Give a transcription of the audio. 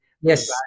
Yes